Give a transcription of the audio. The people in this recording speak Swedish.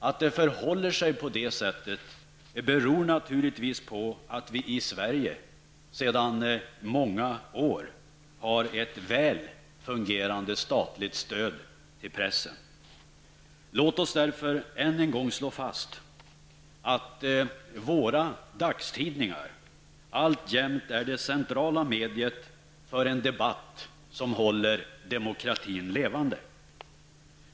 Att det förhåller sig så beror naturligtvis på att vi i Sverige sedan många år har ett väl fungerande statligt stöd till pressen. Låt oss därför än en gång slå fast att våra dagstidningar alltjämt är det centrala mediet för den debatt som håller demokratin levande.